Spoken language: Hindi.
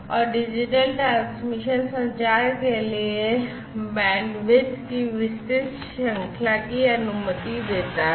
और डिजिटल ट्रांसमिशन संचार के लिए बैंडविड्थ की विस्तृत श्रृंखला की अनुमति देता है